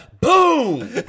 boom